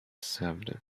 served